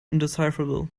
indecipherable